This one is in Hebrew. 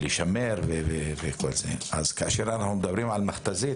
אז קל וחומר כאשר אנחנו מדברים על מכתזית.